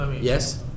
yes